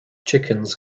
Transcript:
chickens